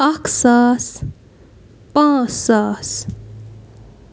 اَکھ ساس پانٛژھ ساس